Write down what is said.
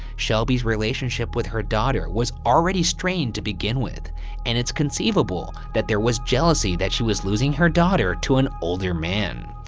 shelby's relationship with her daughter was already strained to begin with and it's conceivable that there was jealousy that she was losing her daughter to an older man.